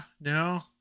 no